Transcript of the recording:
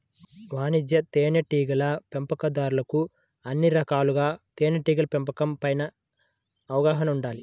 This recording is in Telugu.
వాణిజ్య తేనెటీగల పెంపకందారులకు అన్ని రకాలుగా తేనెటీగల పెంపకం పైన అవగాహన ఉండాలి